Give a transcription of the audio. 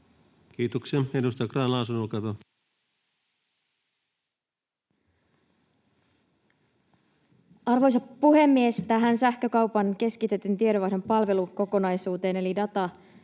Kiitoksia. — Edustaja Grahn-Laasonen, olkaa hyvä. Arvoisa puhemies! Tähän sähkökaupan keskitetyn tiedonvaihdon palvelukokonaisuuteen eli datahubiin